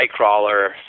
Nightcrawler